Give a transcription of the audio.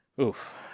Oof